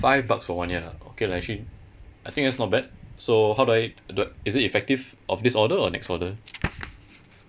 five bucks for one year ah okay lah actually I think that's not bad so how do I do I is it effective of this order or next order